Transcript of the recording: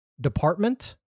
department